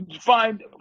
Find